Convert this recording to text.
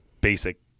basic